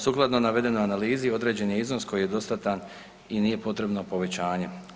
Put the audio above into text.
Sukladno navedenoj analizi određen je iznos koji je dostatan i nije potrebno povećanje.